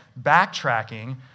backtracking